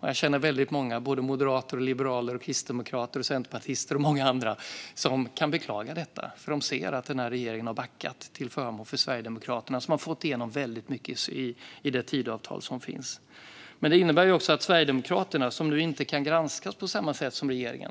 Jag känner väldigt många, både moderater, liberaler, kristdemokrater, centerpartister och många andra, som beklagar detta, för de ser att regeringen har backat till förmån för Sverigedemokraterna, som har fått igenom väldigt mycket i Tidöavtalet. Sverigedemokraterna kan inte kan granskas på samma sätt som regeringen.